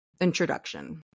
Introduction